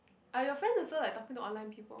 are your friends also like talking to online people